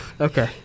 Okay